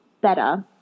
better